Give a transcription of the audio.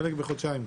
חלק בחודשיים.